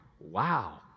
Wow